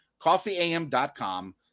coffeeam.com